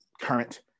current